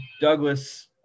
Douglas